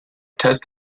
test